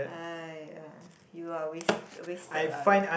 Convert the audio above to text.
!aiya! you are waste wasted lah